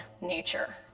nature